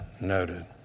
noted